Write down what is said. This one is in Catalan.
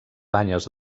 banyes